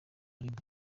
rimwe